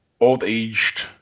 old-aged